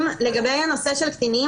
לגבי קטינים,